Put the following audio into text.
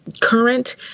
current